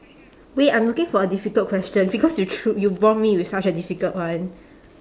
wait I'm looking for a difficult question because you thr~ you bomb me with such a difficult one